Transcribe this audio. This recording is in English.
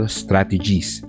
strategies